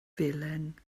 felen